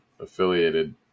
affiliated